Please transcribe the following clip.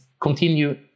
continue